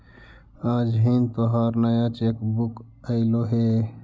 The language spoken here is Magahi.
आज हिन् तोहार नया चेक बुक अयीलो हे